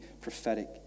prophetic